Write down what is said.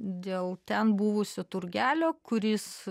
dėl ten buvusio turgelio kuris